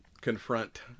confront